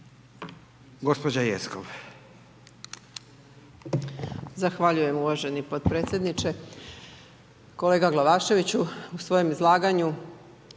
Gospođa Jeckov.